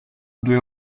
due